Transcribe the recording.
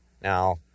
Now